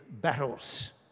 battles